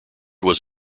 was